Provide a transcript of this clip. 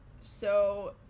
so-